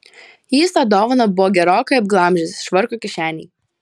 jis tą dovaną buvo gerokai apglamžęs švarko kišenėj